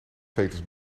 veters